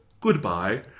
Goodbye